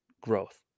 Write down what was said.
growth